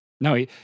No